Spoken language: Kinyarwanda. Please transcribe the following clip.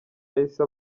yahise